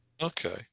Okay